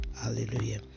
hallelujah